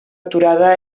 aturada